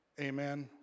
Amen